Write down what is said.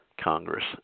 Congress